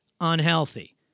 unhealthy